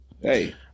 hey